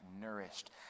nourished